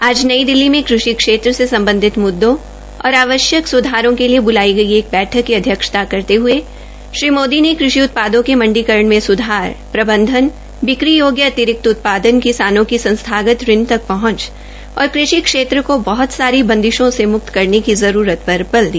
आज नई दिल्ली में कृषि क्षेत्र से संबंधित मुददों और आवश्यक सुधारों के लिए बुलाई गई एक बैठक की अध्यक्षता करते हुए श्री मोदी ने कृषि उत्पादों के मण्डीकरण में सुधार प्रबंधन बिकी योग्य अतिरिक्त उत्पादन किसानों की संस्थागत ऋण तक पहंच और कृषि क्षेत्र को बहत सारी बंदिशों से मुक्त करने की जरूरत पर बल दिया